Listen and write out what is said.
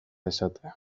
esatea